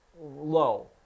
low